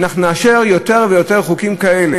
שאנחנו נאשר יותר ויותר חוקים כאלה.